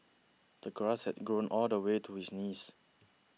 the grass had grown all the way to his knees